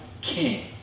king